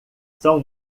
são